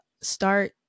start